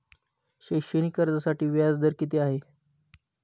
शैक्षणिक कर्जासाठी व्याज दर किती आहे?